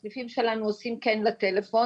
הסניפים שלנו עושים "כן לטלפון",